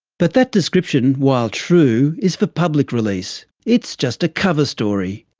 but that description, while true, is for public release. it's just a cover story.